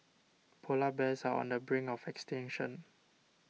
Polar Bears are on the brink of extinction